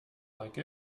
like